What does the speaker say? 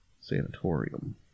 sanatorium